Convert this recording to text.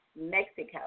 Mexico